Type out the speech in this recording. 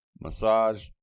massage